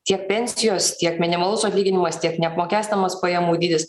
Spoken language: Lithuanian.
tiek pensijos tiek minimalus atlyginimas tiek neapmokestinamas pajamų dydis